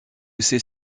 ces